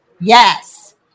Yes